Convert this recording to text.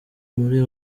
muri